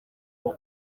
aho